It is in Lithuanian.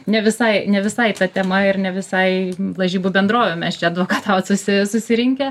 ne visai ne visai ta tema ir ne visai lažybų bendrovių mes čia advokataut susi susirinkę